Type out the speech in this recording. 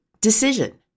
decision